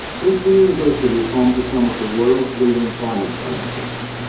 princeton university is home to some of the world's leading climate scientists.